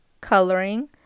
coloring